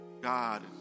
God